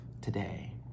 today